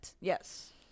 yes